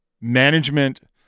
Management